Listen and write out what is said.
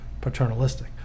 paternalistic